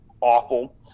awful